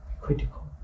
critical